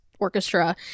orchestra